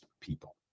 people